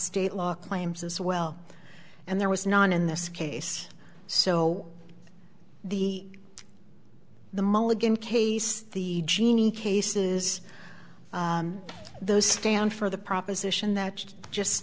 state law claims as well and there was not in this case so the the mulligan case the genie cases those stand for the proposition that just